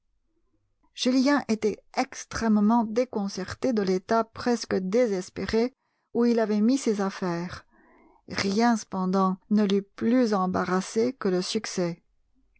julien était extrêmement déconcerté de l'état presque désespéré où il avait mis ses affaires rien cependant ne l'eût plus embarrassé que le succès